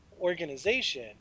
organization